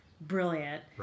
brilliant